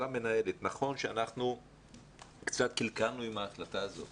נכון שאנחנו קצת קלקלנו עם ההחלטה הזאת